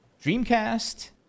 dreamcast